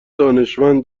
دانشمند